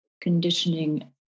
conditioning